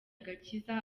agakiza